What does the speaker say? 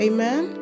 Amen